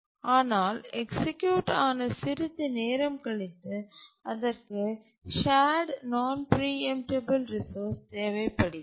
ஆனால் எக்சிக்யூட் ஆன சிறிது நேரம் கழித்து அதற்கு சார்டு நான் பிரீஎம்டபல் ரிசோர்ஸ் தேவைப்படுகிறது